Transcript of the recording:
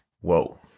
whoa